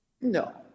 No